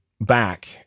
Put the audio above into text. back